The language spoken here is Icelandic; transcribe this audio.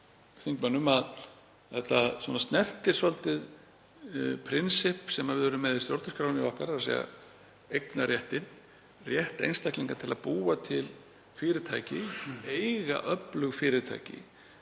þingmönnum að þetta snertir svolítið prinsipp sem við erum með í stjórnarskránni okkar, þ.e. eignarréttinn, rétt einstaklinga til að búa til fyrirtæki og eiga öflug fyrirtæki.